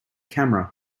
camera